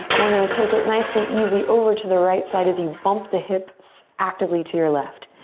and we're gonna take it nice and easy over to the right side as you bump the hips actively to your left.